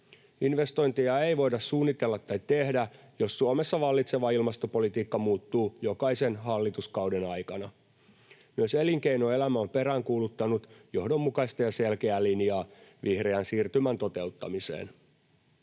Investointeja ei voida suunnitella tai tehdä, jos Suomessa vallitseva ilmastopolitiikka muuttuu jokaisen hallituskauden aikana. Myös elinkeinoelämä on peräänkuuluttanut johdonmukaista ja selkeää linjaa vihreän siirtymän toteuttamiseen.